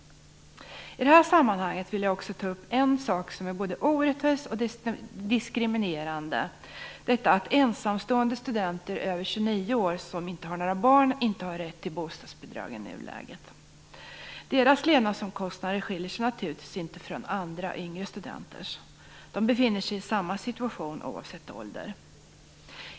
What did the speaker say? I det här sammanhanget vill jag ta upp en sak som är både orättvis och diskriminerande, nämligen att ensamstående studenter över 29 år som inte har några barn i nuläget inte har rätt till bostadsbidrag. Deras levnadsomkostnader skiljer sig naturligtvis inte från andra yngre studenters. De befinner sig i samma situation, oavsett ålder.